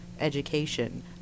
education